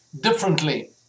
differently